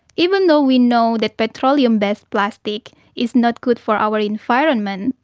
even though we know that petroleum-based plastic is not good for our environment,